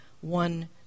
one